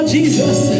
Jesus